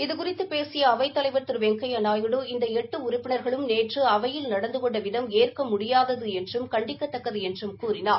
இது குறித்து பேசிய அவைத்தலைவர் திரு வெங்கையா நாயுடு இந்த எட்டு உறுப்பினர்களும் நேற்று அவையில் நடந்து கொண்ட விதம் ஏற்க முடியாதது என்றும் கண்டிக்கத்தக்கது என்றும் கூறிளார்